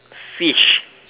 fish